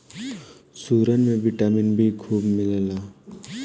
सुरन में vitamin B खूब मिलेला